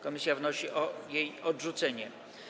Komisja wnosi o jej odrzucenie.